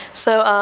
so, um,